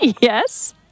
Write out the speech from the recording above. Yes